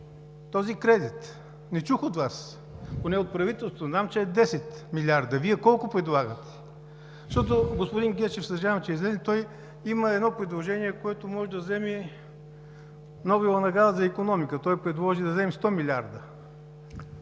този кредит?! Не чух от Вас, поне от правителството знам, че е 10 милиарда. Вие колко предлагате? Защото господин Гечев – съжалявам, че излезе – има едно предложение, което може да вземе Нобелова награда за икономика. Той предложи да вземем 100 милиарда